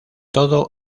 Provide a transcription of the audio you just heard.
toda